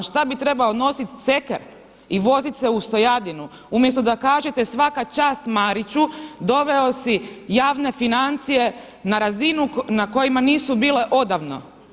Šta bi trebao nositi ceker i vozit se u Stojadinu, umjesto da kažete svaka čas Mariću, doveo si javne financije na razinu na kojima nisu bile odavno.